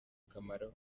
akamaro